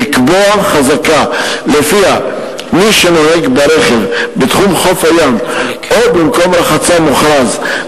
לקבוע חזקה שלפיה מי שנוהג ברכב בתחום חוף הים או במקום רחצה מוכרז,